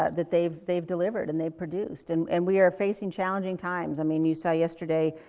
that that they've, they've delivered and they've produced, and and we are facing challenging times. i mean, you saw yesterday,